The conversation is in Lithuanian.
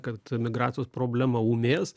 kad migracijos problema ūminės